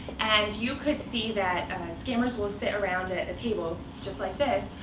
and you could see that scammers will sit around a table, just like this,